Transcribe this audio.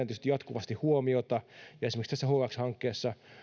tietysti jatkuvasti huomiota ja esimerkiksi tässä hx hankkeessa